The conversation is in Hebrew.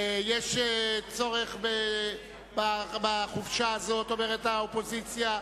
יש צורך בחופשה הזאת, אומרת האופוזיציה.